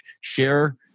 share